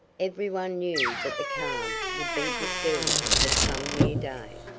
every one knew that the calm would be disturbed at some near day,